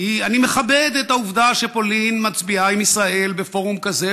אני מכבד את העובדה שפולין מצביעה עם ישראל בפורום כזה,